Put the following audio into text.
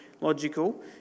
logical